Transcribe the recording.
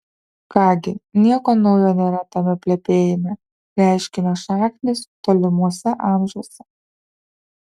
ką gi nieko naujo nėra tame plepėjime reiškinio šaknys tolimuose amžiuose